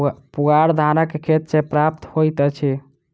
पुआर धानक खेत सॅ प्राप्त होइत अछि